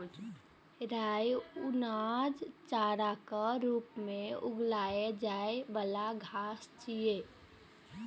राइ अनाज, चाराक रूप मे उगाएल जाइ बला घास छियै